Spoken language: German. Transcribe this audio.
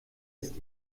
ist